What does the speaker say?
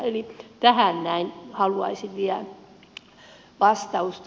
eli tähän näin haluaisin vielä vastausta